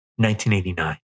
1989